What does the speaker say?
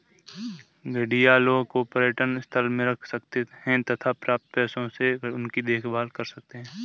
घड़ियालों को पर्यटन स्थल में रख सकते हैं तथा प्राप्त पैसों से उनकी देखभाल कर सकते है